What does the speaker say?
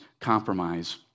compromise